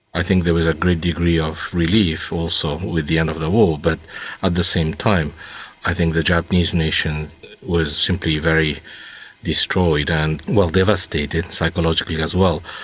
i think there was a great degree of relief also with the end of the war, but at the same time i think the japanese nation was simply very destroyed and devastated psychologically as well.